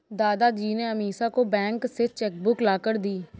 दादाजी ने अमीषा को बैंक से चेक बुक लाकर दी